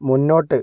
മുന്നോട്ട്